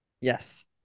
Yes